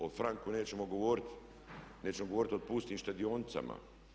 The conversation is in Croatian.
O franku nećemo govoriti, nećemo govoriti o pustim štedionicama.